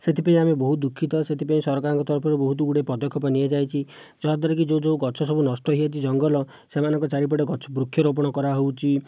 ସେଥିପାଇଁ ଆମେ ବହୁତ ଦୁଃଖିତ ସେଥିପାଇଁ ସରକାରଙ୍କ ତରଫରୁ ବହୁତଗୁଡ଼ିଏ ପଦକ୍ଷେପ ନିଆଯାଇଛି ଯାହାଦ୍ୱାରାକି ଯେଉଁ ଯେଉଁ ଗଛ ସବୁ ନଷ୍ଟ ହୋଇଯାଇଛି ଜଙ୍ଗଲ ସେମାନଙ୍କ ଚାରିପଟେ ଗଛ ବୃକ୍ଷରୋପଣ କରାହେଉଛି